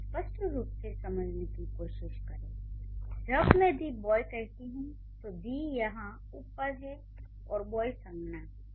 इसे स्पष्ट रूप से समझने की कोशिश करें जब मैं 'दि बॉय' कहती हूँ तो 'दि' यहाँ उपपद है और 'बॉय' संज्ञा'